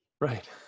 Right